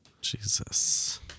jesus